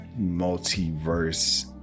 multiverse